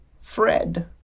Fred